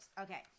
okay